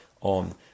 on